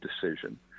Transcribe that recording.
decision